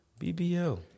BBL